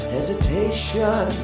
Hesitation